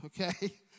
okay